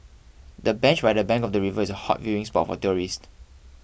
the bench by the bank of the river is a hot viewing spot for tourists